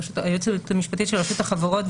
היועצת המשפטית של רשות החברות,